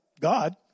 God